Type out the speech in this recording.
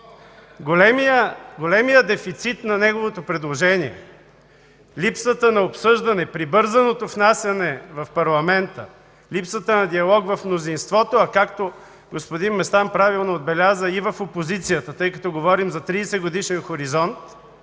Големият дефицит на неговото предложение, липсата на обсъждане, прибързаното внасяне в парламента, липсата на диалог в мнозинството, а както господин Местан правилно отбеляза – и в опозицията, тъй като говорим за 30-годишен хоризонт,